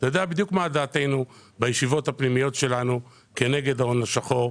אתה יודע בדיוק מה דעתנו שהבענו בישיבות הפנימיות שלנו כנגד ההון השחור.